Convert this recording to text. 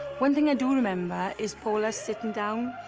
one thing i do remember is paulus sitting down.